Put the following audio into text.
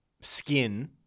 skin